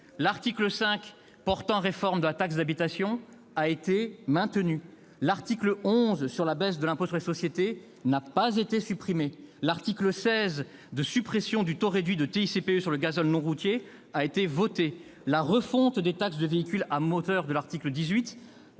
L'article 5 portant réforme de la taxe d'habitation a été maintenu. L'article 11 tendant à réduire l'impôt sur les sociétés n'a pas été rejeté. L'article 16 visant à supprimer le taux réduit de TICPE sur le gazole non routier a été voté. La refonte des taxes sur les véhicules à moteur de l'article 18